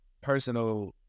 personal